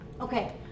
Okay